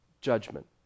judgment